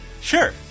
Sure